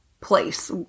place